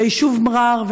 ליישוב מעא'ר,